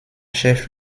chef